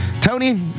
Tony